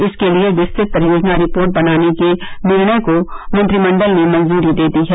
इसके लिए विस्तृत परियोजना रिपोर्ट बनाने के निर्णय को मंत्रिमंडल ने मंजूरी दे दी है